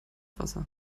wasser